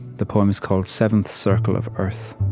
the poem is called seventh circle of earth.